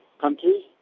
country